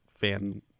fan